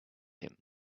him